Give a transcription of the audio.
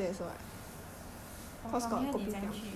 but from here 你怎样去 bukit panjang